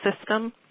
system